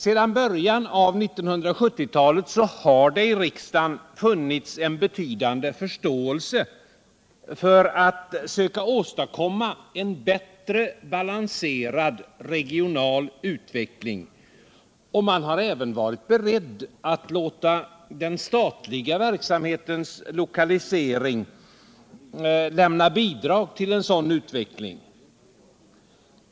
Sedan början av 1970-talet har det i riksdagen funnits en betydande förståelse för att söka åstadkomma en bättre balanserad regional utveckling, och man har även varit beredd att låta den statliga verksamhetens lokalisering lämna bidrag till en sådan utveckling.